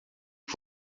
que